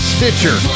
Stitcher